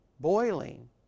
boiling